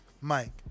Mike